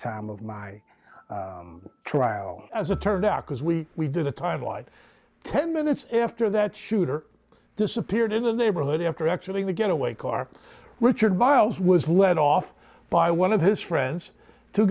time of my trial as it turned out because we we did a timeline ten minutes after that shooter disappeared in the neighborhood after actually the getaway car richard biles was let off by one of his friends to